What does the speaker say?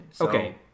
Okay